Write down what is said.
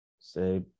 say